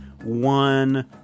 one